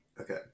Okay